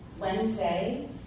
Wednesday